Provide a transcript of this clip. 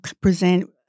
present